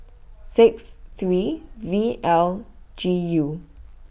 six three V L G U